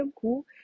cool